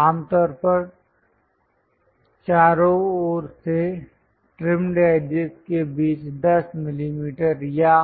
आमतौर पर चारों ओर से ट्रिमड एजिज के बीच 10 मिमी या